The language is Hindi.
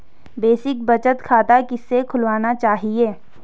बेसिक बचत खाता किसे खुलवाना चाहिए?